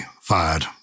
fired